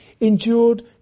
endured